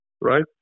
right